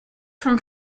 from